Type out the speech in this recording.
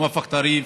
מואפק טריף,